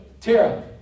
Tara